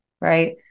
Right